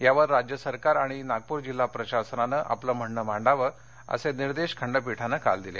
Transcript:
यावर राज्य सरकार आणि नागपूर जिल्हा प्रशासनानं आपलं म्हणणं मांडावं असे निर्देश खंडपीठानं काल दिले